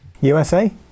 USA